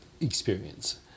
experience